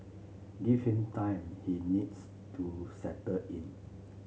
give him time he needs to settle in